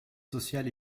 sociales